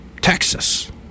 Texas